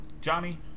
Johnny